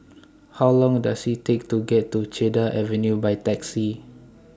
How Long Does IT Take to get to Cedar Avenue By Taxi